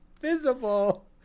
visible